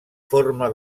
forma